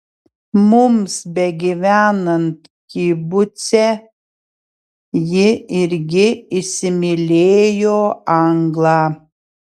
mums begyvenant kibuce ji irgi įsimylėjo anglą